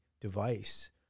device